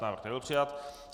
Návrh nebyl přijat.